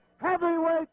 heavyweight